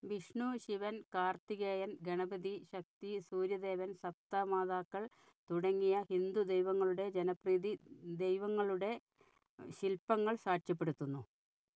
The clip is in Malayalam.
വിഷ്ണു ശിവൻ കാർത്തികേയൻ ഗണപതി ശക്തി സൂര്യദേവൻ സപ്തമാതാക്കൾ തുടങ്ങിയ ഹിന്ദു ദൈവങ്ങളുടെ ജനപ്രീതി ദൈവങ്ങളുടെ ശിൽപങ്ങൾ സാക്ഷ്യപ്പെടുത്തുന്നു